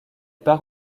part